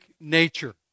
nature